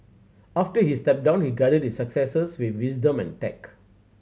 after he stepped down he guided his successors with wisdom and tact